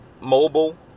mobile